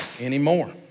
anymore